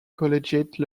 collegiate